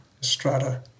strata